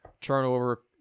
turnover